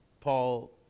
Paul